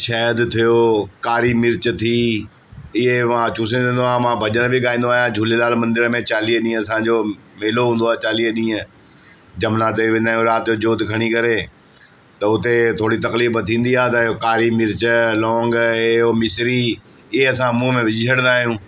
शहद थियो कारी मिर्च थी इहे मां चुसे वेंदो आहियां मां भॼन बि गाईंदो आहियां झूलेलाल मंदर में चालीह ॾींहं असांजो मेलो हूंदो आहे चालीह ॾींहं जमना ते वेंदा आहियूं राति जो ज्योत खणी करे त हुते थोरी तकलीफ़ थींदी आ्हे त उहो कारी मिर्च लौंग इहे उहो मिसरी इहे असां मुंहं में विझी छॾंदा आहियूं